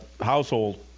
household